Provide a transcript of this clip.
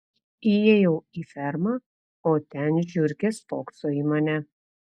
įėjau į fermą o ten žiurkė spokso į mane